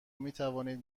میتوانید